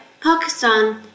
Pakistan